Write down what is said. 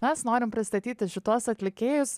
mes norim pristatyti šituos atlikėjus